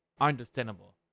understandable